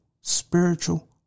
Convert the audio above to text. spiritual